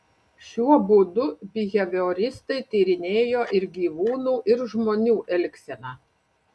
šiuo būdu bihevioristai tyrinėjo ir gyvūnų ir žmonių elgseną